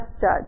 judge